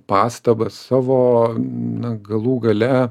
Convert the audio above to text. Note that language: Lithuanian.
pastabas savo na galų gale